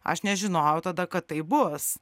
aš nežinojau tada kad taip bus